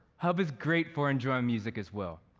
hub is great for enjoying music as well.